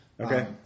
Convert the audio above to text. Okay